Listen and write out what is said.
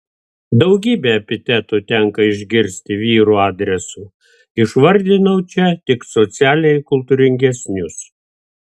daugybę epitetų tenka išgirsti vyrų adresu išvardinau čia tik socialiai kultūringesnius